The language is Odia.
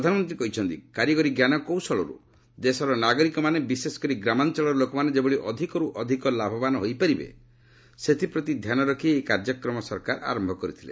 ସେ କହିଛନ୍ତି କାରିଗରୀ ଞ୍ଜାନକୌଶଳର୍ ଦେଶର ନାଗରିକମାନେ ବିଶେଷକରି ଗ୍ରାମାଞ୍ଚଳର ଲୋକମାନେ ଯେଭଳି ଅଧିକରୁ ଅଧିକ ଲାଭବାନ ହୋଇପାରିବେ ସେଥିପ୍ରତି ଧ୍ୟାନ ରଖି ଏହି କାର୍ଯ୍ୟକ୍ମ ସରକାର ଆରମ୍ଭ କରିଥିଲେ